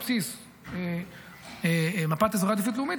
על בסיס מפת אזורי עדיפות לאומית,